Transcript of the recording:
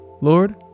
Lord